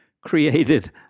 created